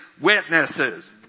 witnesses